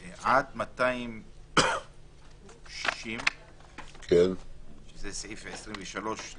77. בסעיף 4(א)